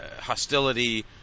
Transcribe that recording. hostility